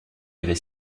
avait